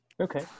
Okay